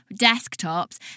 desktops